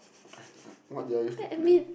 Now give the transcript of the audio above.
what did I used to play